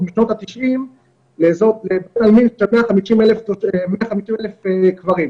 משנות התשעים לבית העלמין ל-150,000 קברים.